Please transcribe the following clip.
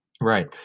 Right